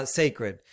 sacred